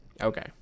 Okay